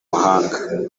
mahanga